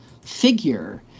figure